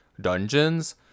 dungeons